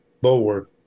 bulwark